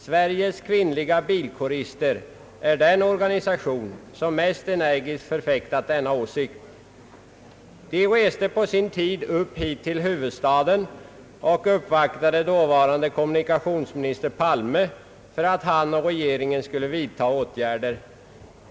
Sveriges kvinnliga bilkårister är den organisation, som mest energiskt förfäktat denna åsikt. De reste på sin tid upp hit till huvudstaden och uppvaktade dåvarande kommunikationsminister Palme för att han och regeringen skulle vidta åtgärder.